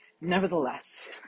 Nevertheless